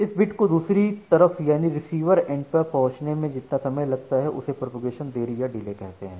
इस बिट को दूसरी तरफ यानी रिसीवर एंड पर पहुंचने में जितना समय लगता है उसे प्रोपेगेशन देरी या डिले कहते हैं